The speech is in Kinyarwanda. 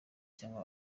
cyangwa